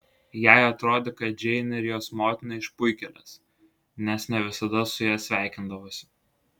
jai atrodė kad džeinė ir jos motina išpuikėlės nes ne visada su ja sveikindavosi